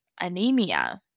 anemia